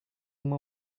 uma